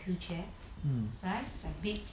mm